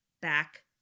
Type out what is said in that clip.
back